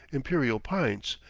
imperial pints,